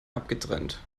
abgetrennt